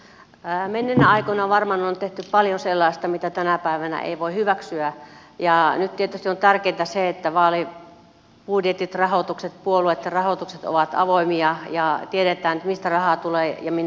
menneinä aikoina varmaan on tehty paljon sellaista mitä tänä päivänä ei voi hyväksyä ja nyt tietysti on tärkeätä se että vaalibudjetit rahoitukset puolueitten rahoitukset ovat avoimia ja tiedetään mistä raha tulee ja minnekä se menee